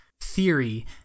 theory